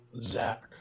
Zach